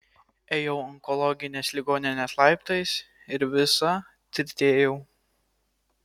ėjau onkologinės ligoninės laiptais ir visa tirtėjau